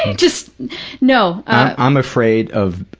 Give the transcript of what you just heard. and just no. i'm afraid of